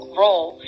role